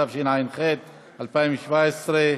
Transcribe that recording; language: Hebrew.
התשע"ח 2017,